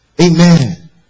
Amen